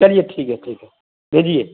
چلیے ٹھیک ہے ٹھیک ہے بھیجیے